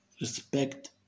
respect